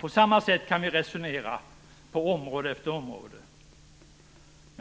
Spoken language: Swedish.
På samma sätt kan vi resonera på område efter område.